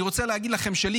אני רוצה להגיד לכם שלי,